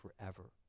forever